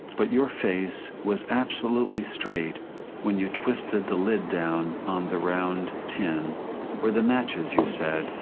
but your face was absolutely straight when you twisted the lid down on the round tin where the matches, you said,